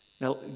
Now